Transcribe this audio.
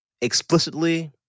explicitly